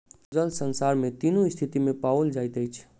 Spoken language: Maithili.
जल संसार में तीनू स्थिति में पाओल जाइत अछि